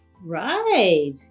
Right